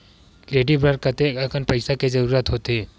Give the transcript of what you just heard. Credit बर कतेकन पईसा के जरूरत होथे?